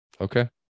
Okay